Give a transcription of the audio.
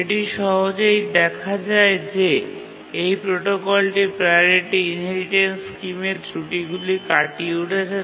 এটি সহজেই দেখা যায় যে এই প্রোটোকলটি প্রাওরিটি ইনহেরিটেন্স স্কিমের ত্রুটিগুলি কাটিয়ে উঠেছে